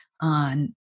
on